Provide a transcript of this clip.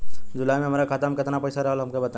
जुलाई में हमरा खाता में केतना पईसा रहल हमका बताई?